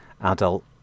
adult